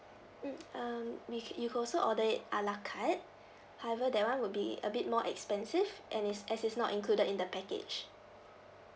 mm um we could you could also order it a la carte however that [one] will be a bit more expensive and is as is not included in the package